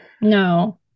No